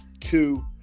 Two